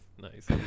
nice